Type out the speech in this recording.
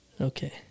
Okay